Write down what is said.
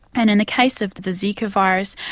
and in the case of the the zika virus,